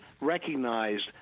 recognized